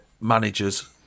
Managers